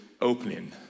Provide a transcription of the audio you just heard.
opening